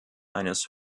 eines